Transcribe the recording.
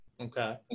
Okay